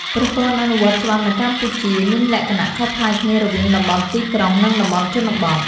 ប្រព័ន្ធអនុវត្តច្បាប់នៅកម្ពុជាមានលក្ខណៈខុសប្លែកគ្នារវាងតំបន់ទីក្រុង និងតំបន់ជនបទ។